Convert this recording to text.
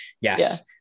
yes